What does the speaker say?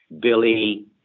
Billy